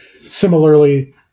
similarly